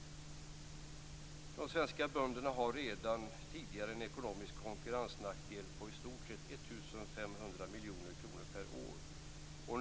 De svenska bönderna har redan tidigare en ekonomisk konkurrensnackdel på i stort sett 1 500 miljoner kronor per år.